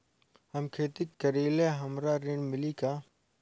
हम खेती करीले हमरा ऋण मिली का?